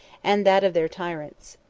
and that of their tyrants.